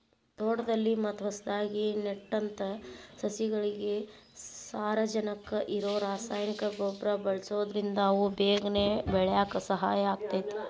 ತೋಟದಲ್ಲಿ ಮತ್ತ ಹೊಸದಾಗಿ ನೆಟ್ಟಂತ ಸಸಿಗಳಿಗೆ ಸಾರಜನಕ ಇರೋ ರಾಸಾಯನಿಕ ಗೊಬ್ಬರ ಬಳ್ಸೋದ್ರಿಂದ ಅವು ಬೇಗನೆ ಬೆಳ್ಯಾಕ ಸಹಾಯ ಆಗ್ತೇತಿ